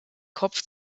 kopf